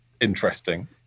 interesting